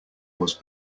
was